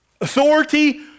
authority